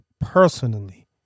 personally